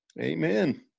Amen